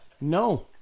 No